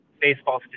baseball